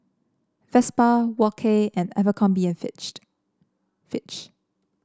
Vespa Wok Hey and Abercrombie and Fitch